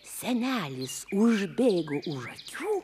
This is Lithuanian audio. senelis užbėgo už akių